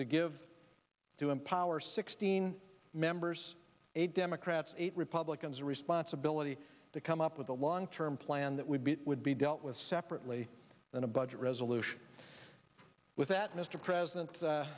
to give to empower sixteen members eight democrats eight republicans a responsibility to come up with a long term plan that would be would be dealt with separately then a budget resolution with that mr president